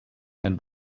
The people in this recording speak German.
ein